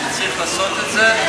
שצריך לעשות את זה,